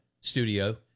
studio